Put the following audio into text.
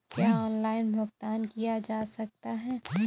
क्या ऑनलाइन भुगतान किया जा सकता है?